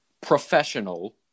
professional